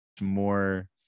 more